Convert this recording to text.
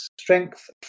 Strength